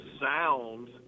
sound